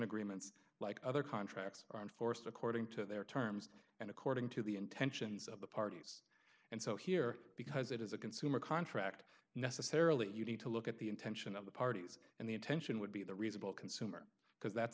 agreements like other contracts are enforced according to their terms and according to the intentions of the parties and so here because it is a consumer contract necessarily you need to look at the intention of the parties and the attention would be the reasonable consumer because that's